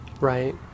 Right